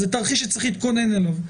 זה תרחיש שצריך להתכונן אליו.